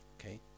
Okay